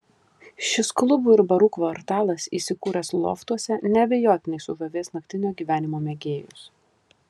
šis klubų ir barų kvartalas įsikūręs loftuose neabejotinai sužavės naktinio gyvenimo mėgėjus